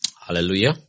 Hallelujah